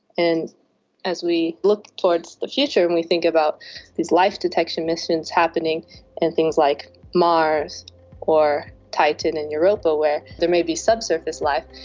and as we look towards the future and we think about these life detection missions happening on and things like mars or titan and europa where there may be subsurface life,